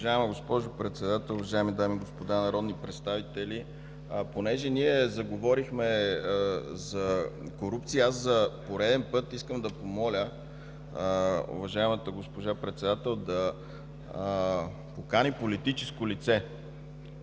Уважаема госпожо Председател, уважаеми дами и господа народни представители! Понеже заговорихме за корупция, за пореден път искам да помоля уважаемата госпожа Председател да покани политическо лице